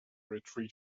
retreat